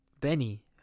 Benny